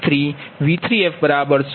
તેથીV3f0